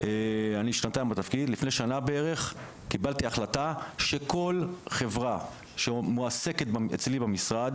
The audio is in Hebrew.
לפני בערך שנה קיבלתי החלטה שכל חברה שמועסקת אצלי במשרד